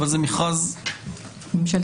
אבל זה מכרז ממשלתי.